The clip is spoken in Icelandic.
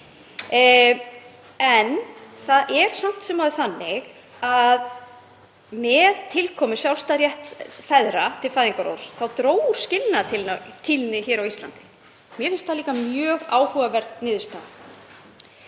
en það er samt sem áður þannig að með tilkomu sjálfstæðs rétts feðra til fæðingarorlofs dró úr skilnaðartíðni á Íslandi. Mér finnst það líka mjög áhugaverð niðurstaða.